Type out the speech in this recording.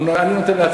הוא נותן,